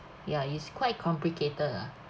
ya it's quite complicated ah